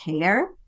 care